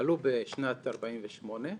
עלו בשנת 48'